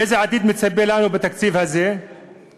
ואיזה עתיד מצפה לנו בתקציב הזה המוצע?